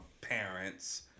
parents